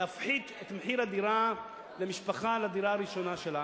להפחית למשפחה את מחיר הדירה הראשונה שלה,